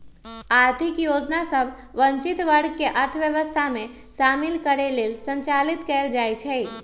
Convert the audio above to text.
आर्थिक योजना सभ वंचित वर्ग के अर्थव्यवस्था में शामिल करे लेल संचालित कएल जाइ छइ